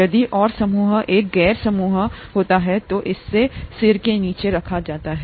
यदि आर समूह एक गैर समूह समूह होता है तो इसे इस सिर के नीचे रखा जाता है